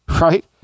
right